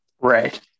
right